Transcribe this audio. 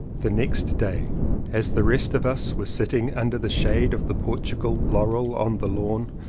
the next day as the rest of us were sitting under the shade of the portugal laurel on the lawn,